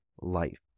life